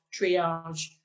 triage